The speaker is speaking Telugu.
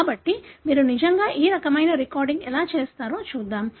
కాబట్టి మీరు నిజంగా ఈ రకమైన రికార్డింగ్ ఎలా చేస్తారో చూద్దాం